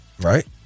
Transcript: right